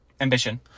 Ambition